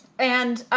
and